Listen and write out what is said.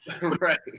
Right